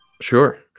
Sure